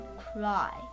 cry